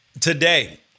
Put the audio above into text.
today